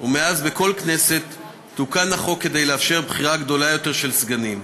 ומאז בכל כנסת תוקן החוק כדי לאפשר בחירה גדולה יותר של סגנים.